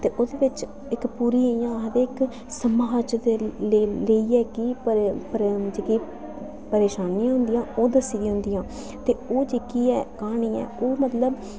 ते ओह्दे बिच पूरी इं'या आखदे इक्क सम्माह गी लेइयै की के परेशानियां होंदियां ओह् दस्सी दियां होंदियां ते ओह् जेह्की ऐ क्हानी ऐ मतलब